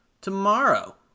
tomorrow